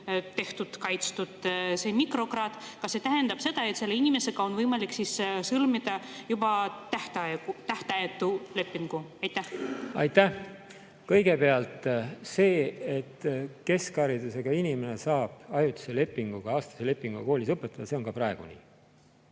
tehtud-kaitstud see mikrokraad, siis kas see tähendab seda, et selle inimesega on võimalik sõlmida juba tähtajatu leping? Aitäh! Kõigepealt, see, et keskharidusega inimene saab ajutise lepinguga, aastase lepinguga koolis õpetada, on ka praegu nii.